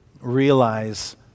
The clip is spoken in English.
realize